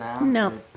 No